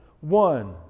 one